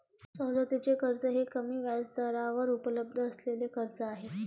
सवलतीचे कर्ज हे कमी व्याजदरावर उपलब्ध असलेले कर्ज आहे